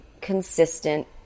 consistent